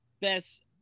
best